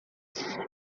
ela